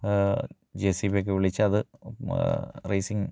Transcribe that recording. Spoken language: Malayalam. ജേ സി ബിയൊക്കെ വിളിച്ച് അത് റേസിംഗ്